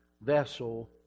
vessel